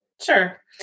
Sure